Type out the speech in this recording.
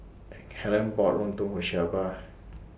Helyn bought Lontong For Shelba